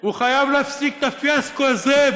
הוא חייב להפסיק את הפיאסקו הזה.